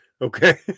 Okay